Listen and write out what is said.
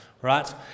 right